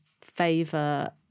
favor